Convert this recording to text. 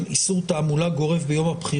על איסור תעמולה גורף ביום הבחירות.